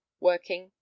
working